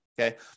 okay